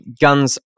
guns